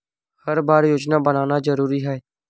हर बार योजना बनाना जरूरी है?